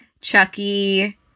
Chucky